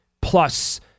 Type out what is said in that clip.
plus